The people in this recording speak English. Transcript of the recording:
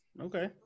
okay